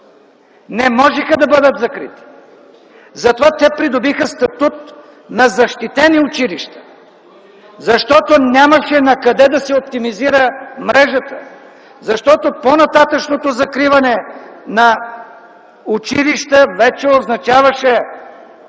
не можеха да бъдат закрити. Затова те придобиха статут на защитени училища. Защото нямаше накъде да се оптимизира мрежата, защото по-нататъшното закриване на училища вече означаваше